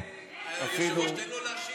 היושב-ראש,